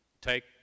take